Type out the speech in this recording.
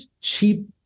cheap